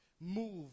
Move